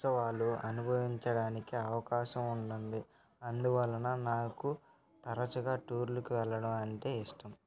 ఉత్సవాలు అనుభవించడానికి అవకాశం ఉంటుంది అందువలన నాకు తరచుగా టూర్లకి వెళ్ళడం అంటే ఇష్టం